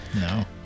No